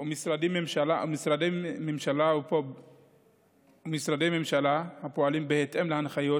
ומשרדי ממשלה ופועלים בהתאם להנחיות,